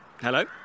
Hello